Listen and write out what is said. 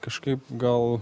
kažkaip gal